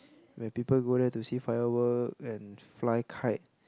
where people go there to see firework and fly kite